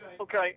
Okay